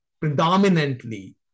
predominantly